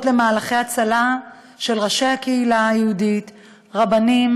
למהלכי הצלה של ראשי הקהילה היהודית רבנים,